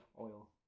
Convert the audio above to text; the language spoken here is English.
oil